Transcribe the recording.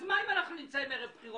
אז מה אם אנחנו נמצאים ערב בחירות?